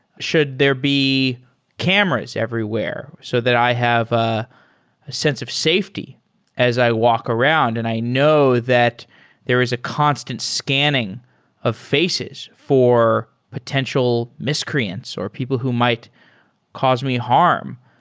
should there be cameras everywhere so that i have a sense of safety as i walk around? and i know that there is a constant scanning of faces for potential miscreants or people who might cause me harm.